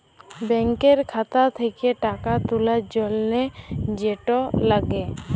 ব্যাংকের খাতা থ্যাকে টাকা তুলার জ্যনহে যেট লাগে